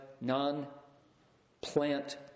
non-plant